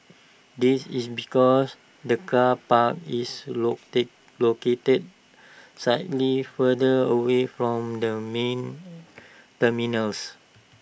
this is because the car park is locate located slightly further away from the main terminals